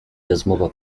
rozmowa